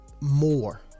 more